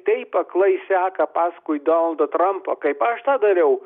taip aklai seka paskui donaldą trampą kaip aš tą dariau